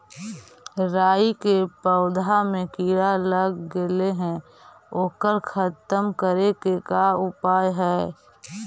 राई के पौधा में किड़ा लग गेले हे ओकर खत्म करे के का उपाय है?